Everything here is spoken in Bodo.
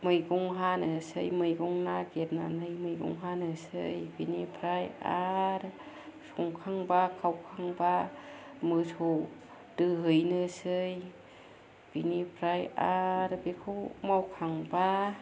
मैगं हानोसै मैगं नागिरनानै मैगं हानोसै बेनिफ्राय आर संखांबा खावखांबा मोसौ दोहैनोसै बेनिफ्राय आरो बेखौ मावखांबा